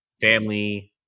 family